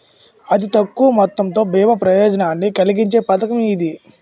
అతి తక్కువ మొత్తంతో బీమా ప్రయోజనాన్ని కలిగించే పథకం ఇది